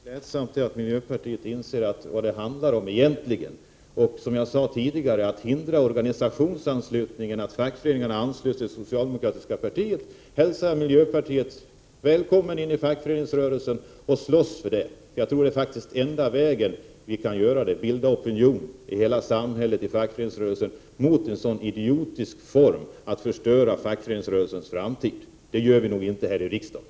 Fru talman! Det var klädsamt att miljöpartiet inser vad det egentligen handlar om. I fråga om att hindra organisationsanslutningen, att fackföreningarna ansluter sig till socialdemokratiska partiet, hälsar jag miljöpartiet välkommen in i fackföreningsrörelsen för att slåss för detta. Jag tror att det är enda vägen. Det handlar om att bilda opinion i fackföreningsrörelsen och hela samhället mot en sådan idiotisk form för att förstöra fackföreningsrörelsens framtid. Det gör vi nog inte här i riksdagen.